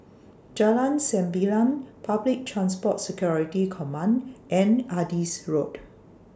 Jalan Sembilang Public Transport Security Command and Adis Road